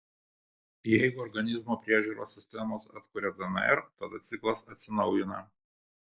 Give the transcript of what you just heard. jeigu organizmo priežiūros sistemos atkuria dnr tada ciklas atsinaujina